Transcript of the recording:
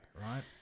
right